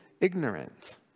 ignorant